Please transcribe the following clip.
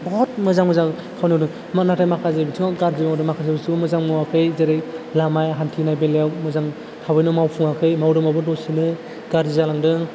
बुहुत मोजां मोजां खामानि मावदों नाथाय माखासे बिथिङाव गाज्रि मावदों माखासे बिथिङाव मोजां मावाखै जेरै लामा हान्थिनाय बेलायाव मोजां थाबैनो मावफुङाखै मावदोंबाबो दसेनो गाज्रि जालांदों